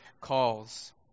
calls